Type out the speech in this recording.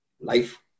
life